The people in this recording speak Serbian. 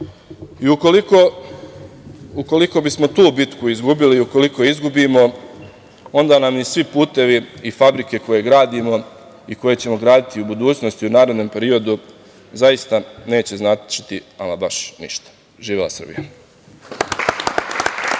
Ukoliko bismo tu bitku izgubili i ukoliko je izgubimo onda nam ni svi putevi i fabrike koje gradimo i koje ćemo grditi u budućnosti u narednom periodu zaista neće značiti ama baš ništa. Živela Srbija.